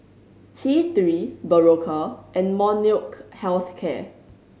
T Three Berocca and Molnylcke Health Care